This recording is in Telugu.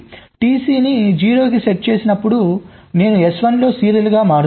TC ని 0 కి సెట్ చేసేటప్పుడు నేను S1 లో సీరియల్గా మారుస్తున్నాను